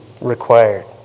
required